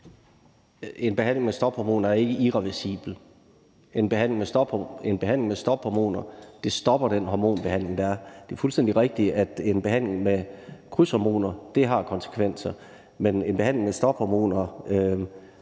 En behandling med stophormoner er ikke irreversibel. En behandling med stophormoner stopper den udvikling, der er. Det er fuldstændig rigtigt, at en behandling med krydshormoner har konsekvenser. Men en behandling med stophormoner